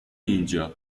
اینجا